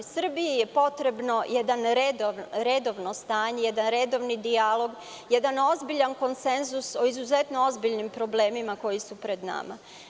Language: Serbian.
Srbiji je potrebno jedno redovno stanje, jedan redovan dijalog, jedan ozbiljan konsenzus o izuzetno ozbiljnim problemima koji su pred nama.